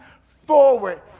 forward